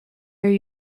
their